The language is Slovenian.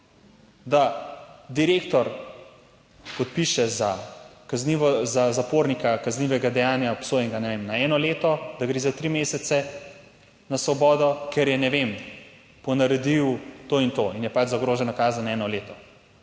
da direktor podpiše za zapornika kaznivega dejanja obsojenega, ne vem, na eno leto, da gre za tri mesece na svobodo, ker je, ne vem, ponaredil to in to in je pač zagrožena kazen eno leto.